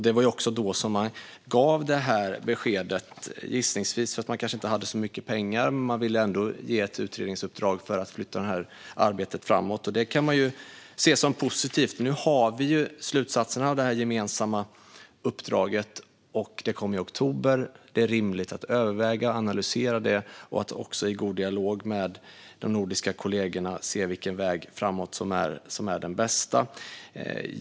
Det var också då man gav det här beskedet, gissningsvis för att man inte hade så mycket pengar. Man ville ändå ge ett utredningsuppdrag för att flytta det här arbetet framåt, och det kan ju ses som positivt. Nu har vi slutsatserna från det här gemensamma uppdraget. De kom i oktober. Det är rimligt att överväga och analysera dem och att i god dialog med de nordiska kollegorna se vilken väg framåt som är den bästa.